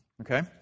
Okay